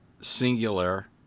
singular